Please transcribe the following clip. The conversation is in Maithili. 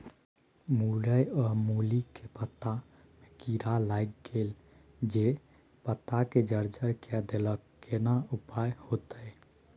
मूरई आ मूली के पत्ता में कीरा लाईग गेल जे पत्ता के जर्जर के देलक केना उपाय होतय?